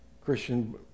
Christian